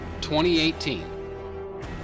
2018